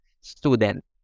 student